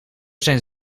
zijn